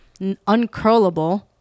uncurlable